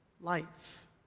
life